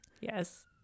Yes